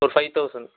ஒரு five thousand